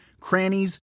crannies